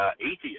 atheist